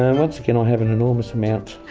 and once again i have an enormous amount